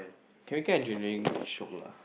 chemical engineering shiok lah